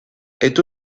est